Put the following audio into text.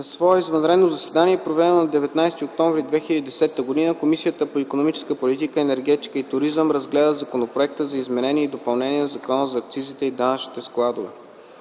На свое извънредно заседание, проведено на 19 октомври 2010 г., Комисията по икономическата политика, енергетика и туризъм разгледа Законопроекта за изменение и допълнение на Закона за акцизите и данъчните складове.